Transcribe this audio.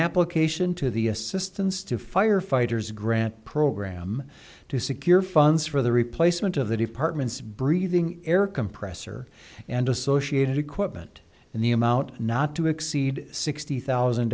application to the assistance to firefighters grant program to secure funds for the replacement of the department's breathing air compressor and associated equipment and the amount not to exceed sixty thousand